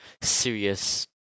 serious